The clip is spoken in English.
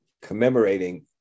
commemorating